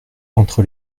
entre